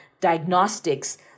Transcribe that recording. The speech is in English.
diagnostics